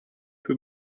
peu